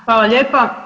Hvala lijepa.